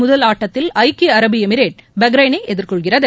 முதல் ஆட்டத்தில் ஐக்கிய அரபு எமிரேட் பக்ரைனை எதிர்கொள்கிறது